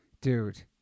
Dude